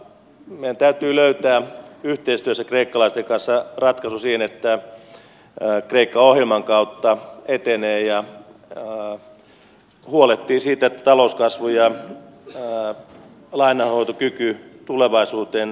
meidän täytyy löytää yhteistyössä kreikkalaisten kanssa ratkaisu siihen että kreikka ohjelman kautta etenee ja huolehtii siitä että talouskasvu ja lainanhoitokyky tulevaisuuteen saadaan turvattua